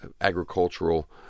agricultural